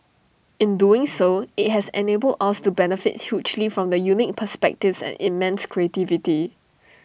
in doing so IT has enabled us to benefit hugely from the unique perspectives and immense creativity